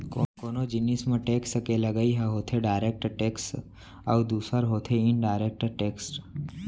कोनो जिनिस म टेक्स के लगई ह होथे डायरेक्ट टेक्स अउ दूसर होथे इनडायरेक्ट टेक्स